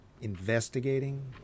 investigating